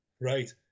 right